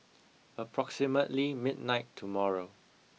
approximately midnight tomorrow